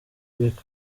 rick